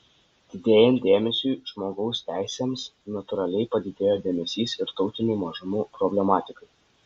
didėjant dėmesiui žmogaus teisėms natūraliai padidėjo dėmesys ir tautinių mažumų problematikai